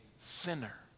sinner